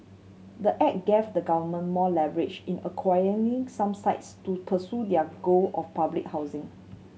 the act gave the government more leverage in acquiring some sites to pursue their goal of public housing